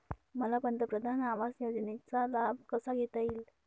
मला पंतप्रधान आवास योजनेचा लाभ कसा घेता येईल?